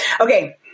Okay